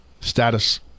status